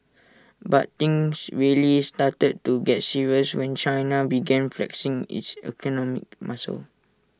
but things really started to get serious when China began flexing its economic muscle